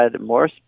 more